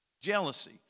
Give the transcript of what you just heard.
Jealousy